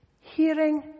Hearing